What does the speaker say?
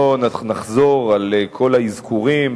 לא נחזור על כל האזכורים,